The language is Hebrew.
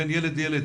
בין ילד לילד.